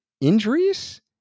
injuries